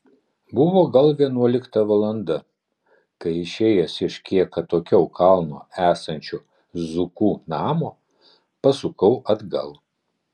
buvo gal vienuolikta valanda kai išėjęs iš kiek atokiau kalno esančio zukų namo pasukau atgal